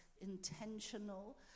intentional